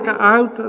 out